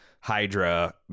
Hydra